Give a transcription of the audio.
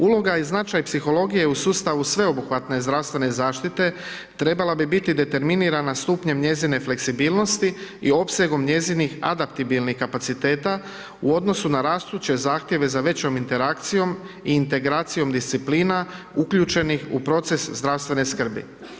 Uloga i značaj psihologije u sustavu sveobuhvatne zdravstvene zaštite trebala bi biti determinirana stupnjem njezine fleksibilnosti i opsegom njezinih adaptibilnih kapaciteta u odnosu na rastuće zahtjeve za većom interakcijom i integracijom disciplina uključenih u proces zdravstvene skrbi.